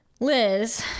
liz